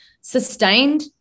sustained